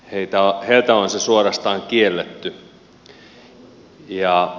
heiltä on se suorastaan kielletty